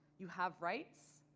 you have rights,